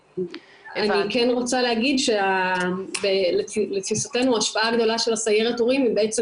אני כן רוצה להגיד שלתפיסתנו ההשפעה הגדולה של סיירת ההורים היא בעצם